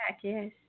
yes